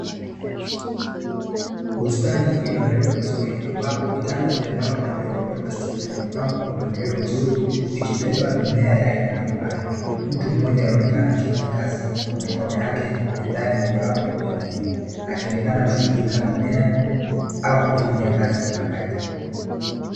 Bustani iliyoandaliwa vizuri ambapo vitanda vya mbao na vyombo vya plastiki vimepangwa kwa mpangilio mzuri vikibeba mimea ya aina mbalimbali, mtu mmoja anaonekana akifanya kazi kwa mikono yake ya ndani mojawapo ya vitanda hivi akionekana kushughulika mmea au kuufanyia kazi ya upandaji .